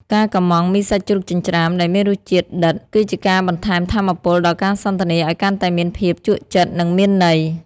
ការកម្ម៉ង់ មីសាច់ជ្រូកចិញ្ច្រាំ ដែលមានរសជាតិដិត គឺជាការបន្ថែមថាមពលដល់ការសន្ទនាឱ្យកាន់តែមានភាពជក់ចិត្ត និងមានន័យ។